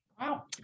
Wow